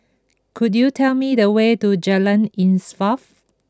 could you tell me the way to Jalan Insaf